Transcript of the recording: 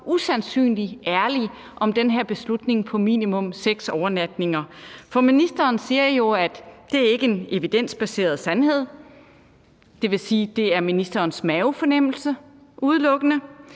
usandsynlig ærlig om den her beslutning om minimum seks overnatninger, for ministeren siger jo, at det ikke er en evidensbaseret sandhed – det vil sige, at det udelukkende er ministerens mavefornemmelse.